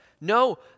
No